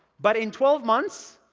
but in twelve months,